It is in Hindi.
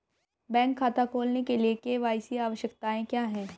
बैंक खाता खोलने के लिए के.वाई.सी आवश्यकताएं क्या हैं?